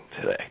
today